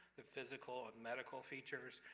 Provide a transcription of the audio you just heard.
the physical ah medical features,